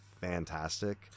fantastic